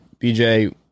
BJ